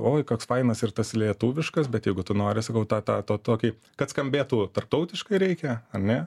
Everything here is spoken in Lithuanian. oi koks fainas ir tas lietuviškas bet jeigu tu nori sakau tą tą to tokį kad skambėtų tarptautiškai reikia ane